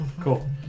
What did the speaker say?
Cool